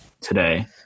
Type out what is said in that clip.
today